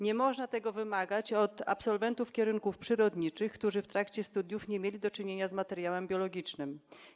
Nie można tego wymagać od absolwentów kierunków przyrodniczych, którzy w trakcie studiów nie mieli do czynienia z materiałem biologicznym.